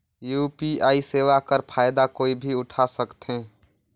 UPI सेवा कर फायदा कोई भी उठा सकथे?